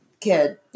kid